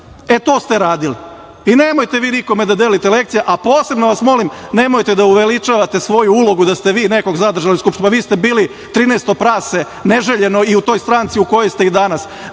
E, to ste radili. Nemojte vi nikome da delite lekcije, a posebno vas molim - nemojte da uveličavate svoju ulogu da ste vi nekog zadržali u Skupštini. Vi ste bili 13. prase, neželjeno, i u toj stranci u kojoj se i danas.